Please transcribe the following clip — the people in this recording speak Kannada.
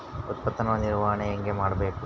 ಉತ್ಪನ್ನಗಳ ನಿರ್ವಹಣೆ ಹೇಗೆ ಮಾಡಬೇಕು?